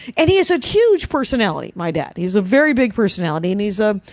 and he is a huge personality, my dad. he is a very big personality. and he's ah,